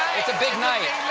it's a big night.